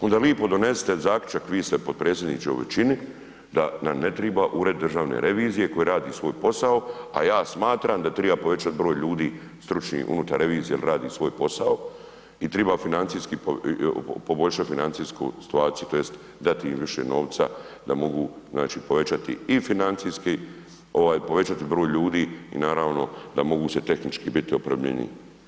Onda lijepo donesite zaključak, vi ste potpredsjedniče u većini, da nam ne treba Ured državne revizije koji radi svoj posao, a ja smatram da treba povećati broj ljudi stručnih unutar revizije jer radi svoj posao i treba financijski, poboljšati financijsku situaciju, tj. dati im više novca da mogu znači povećati i financijski, povećati broj ljudi i naravno, da mogu se tehnički biti opremljeniji.